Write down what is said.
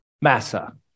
Massa